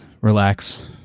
Relax